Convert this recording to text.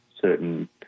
certain